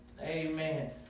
Amen